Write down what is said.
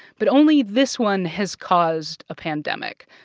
but only this one has caused a pandemic.